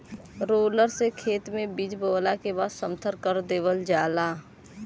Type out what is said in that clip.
roller से खेत में बीज बोवला के बाद समथर कर देवल जाला